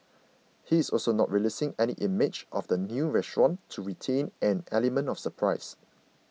he's also not releasing any images of the new restaurant to retain an element of surprise